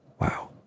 Wow